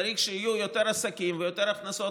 צריך שיהיו יותר עסקים ויותר הכנסות